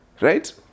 Right